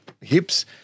hips